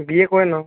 বিয়ে করে নাও